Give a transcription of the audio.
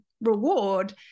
reward